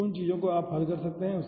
तो उन चीजों को आप हल कर सकते हैं